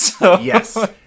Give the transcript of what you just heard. Yes